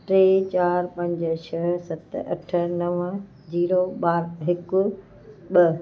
टे चारि पंज छह सत अठ नवं जीरो ॿ हिकु ॿ